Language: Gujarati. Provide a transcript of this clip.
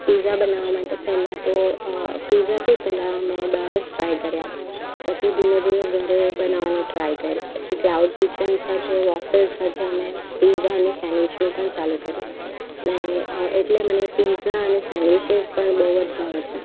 પીઝા બનાવવા માટે પહેલા તો પીઝા બી પહેલા અમે બહાર જ ટ્રાય કર્યા હતા પછી ધીમે ધીમે ઘરે બનાવવાનું ટ્રાય કર્યું પછી ક્લાઉડ કિચન સાથે વોફેલ્સ સાથે અમે પીઝા અને સેન્ડવીચનું પણ ચાલુ કર્યું ને એટલે મને પીઝા અને સેન્ડવિચીસ બહુ જ ભાવે છે